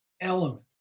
element